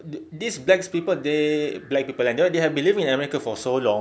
the this black people they black people kan you know they have been living in america for so long